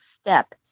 step